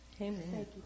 Amen